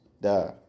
Duh